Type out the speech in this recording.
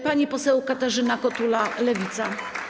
Pani poseł Katarzyna Kotula, Lewica.